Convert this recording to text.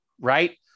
right